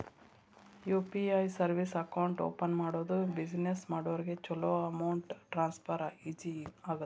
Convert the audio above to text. UPI service account open ಮಾಡೋದು business ಮಾಡೋರಿಗ ಚೊಲೋ ಅಮೌಂಟ್ ಟ್ರಾನ್ಸ್ಫರ್ ಈಜಿ ಆಗತ್ತ